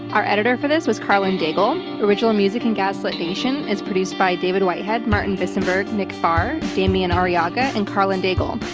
our editor for this was karlyn daigle, original music for and gaslit nation is produced by david whitehead, martin visenberg, nick farr, damian arriaga and karlyn daigle.